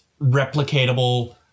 replicatable